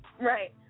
Right